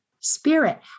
spirit